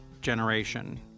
generation